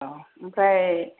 औ ओमफ्राय